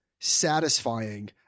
satisfying